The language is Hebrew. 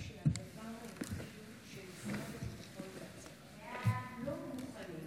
ההצעה להעביר את הצעת חוק צוותי התערבות במשבר נפשי,